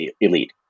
elite